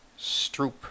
Stroop